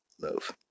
love